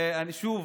ושוב,